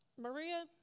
Maria